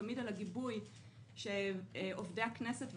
תמיד על הגיבוי שעובדי הכנסת,